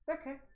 okay